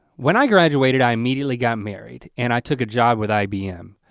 when i graduated, i immediately got married, and i took a job with ibm.